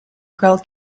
girl